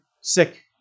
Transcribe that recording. sick